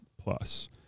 plus